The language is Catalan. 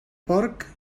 porc